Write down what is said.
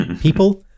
People